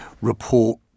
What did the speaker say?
report